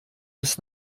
bis